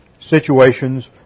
situations